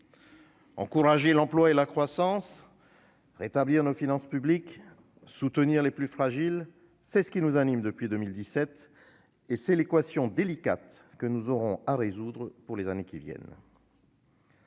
Encourager l'emploi et la croissance, rétablir nos finances publiques, soutenir les plus fragiles : telle est la volonté qui nous anime depuis 2017 et c'est l'équation délicate que nous aurons à résoudre au cours des années qui viennent.